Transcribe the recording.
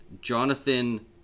Jonathan